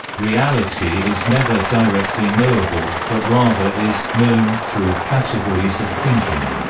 reality is never directly knowable, but rather is known through categories of thinking